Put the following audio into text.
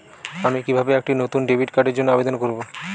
আমি কিভাবে একটি নতুন ডেবিট কার্ডের জন্য আবেদন করব?